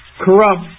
corrupt